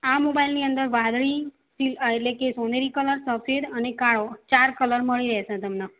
આ મોબાઈલની અંદર વાદડી પી એટલે કે સોનેરી કલર સફેદ અને કાળો ચાર કલર મળી રહેશે તમને